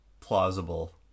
plausible